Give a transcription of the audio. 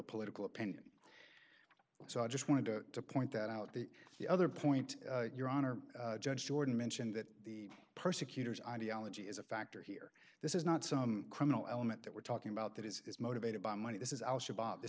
political opinion so i just wanted to point that out the the other point your honor judge jordan mentioned that the persecutors ideology is a factor here this is not some criminal element that we're talking about that is motivated by money this is